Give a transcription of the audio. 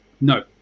no